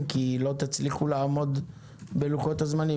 כי לא תצליחו לעמוד בלוחות הזמנים.